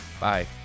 Bye